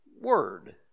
Word